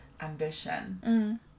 ambition